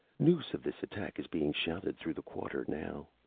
news of this attack is being shouted through the quarter now.